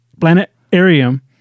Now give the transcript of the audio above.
planetarium